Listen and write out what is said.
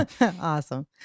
Awesome